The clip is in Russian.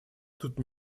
тут